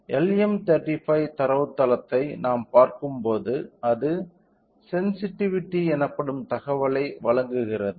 LM 35 தரவுத்தளத்தை நாம் பார்க்கும்போது அது சென்சிட்டிவிட்டி எனப்படும் தகவலை வழங்குகிறது